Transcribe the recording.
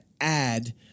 add